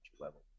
level